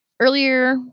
Earlier